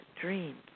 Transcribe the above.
dreams